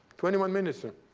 twenty one minutes, ah